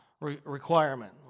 requirement